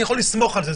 אני יכול לסמוך על זה,